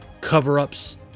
cover-ups